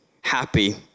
happy